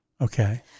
Okay